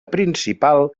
principal